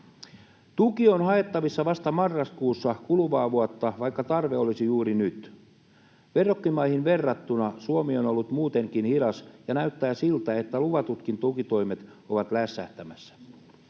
Tuki on haettavissa vasta marraskuussa kuluvaa vuotta, vaikka tarve olisi juuri nyt. Verrokkimaihin verrattuna Suomi on ollut muutenkin hidas, ja näyttää siltä, että luvatutkin tukitoimet ovat lässähtämässä.